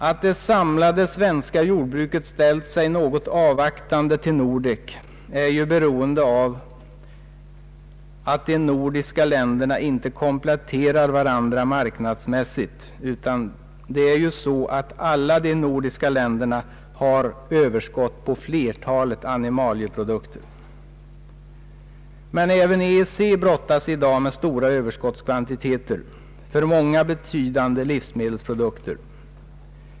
Att det samlade svenska jordbruket ställt sig något avvaktande till Nordek är ju beroende av att de nordiska länderna inte kompletterar varandra marknadsmässigt, utan det är ju så att alla de nordiska länderna har överskott på flertalet animalieprodukter. Men även EEC brottas i dag med stora Ööverskottskvantiteter för många betydande livsmedelsprodukter.